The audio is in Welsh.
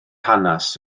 hanes